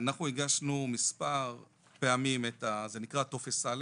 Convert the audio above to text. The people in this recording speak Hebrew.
אנחנו הגשנו מספר פעמים את ה- זה נקרא טופס א',